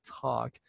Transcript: talk